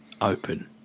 open